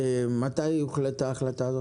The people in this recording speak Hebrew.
מתי הוחלטה ההחלטה הזאת?